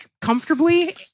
comfortably